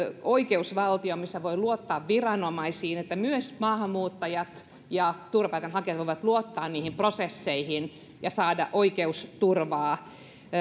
oikeusvaltioon missä voi luottaa viranomaisiin ja missä myös maahanmuuttajat ja turvapaikanhakijat voivat luottaa niihin prosesseihin ja saada oikeusturvaa